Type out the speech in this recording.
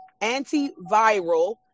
antiviral